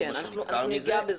--- אנחנו ניגע בזה.